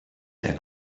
their